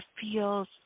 feels